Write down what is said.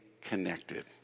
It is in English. connected